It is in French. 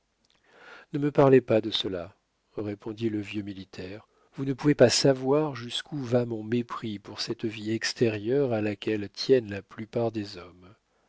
ne me parlez pas de cela répondit le vieux militaire vous ne pouvez pas savoir jusqu'où va mon mépris pour cette vie extérieure à laquelle tiennent la plupart des hommes